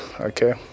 okay